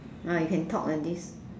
now you can talk already